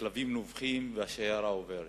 הכלבים נובחים והשיירה עוברת.